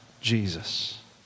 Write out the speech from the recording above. Jesus